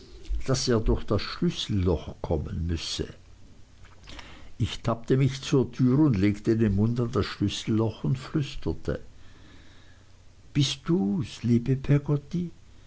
daß er durch das schlüsselloch kommen müsse ich tappte mich zur tür legte den mund an das schlüsselloch und flüsterte bist dus liebe peggotty